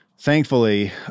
Thankfully